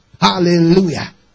Hallelujah